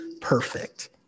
perfect